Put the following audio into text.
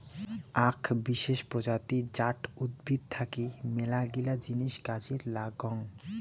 আক বিশেষ প্রজাতি জাট উদ্ভিদ থাকি মেলাগিলা জিনিস কাজে লাগং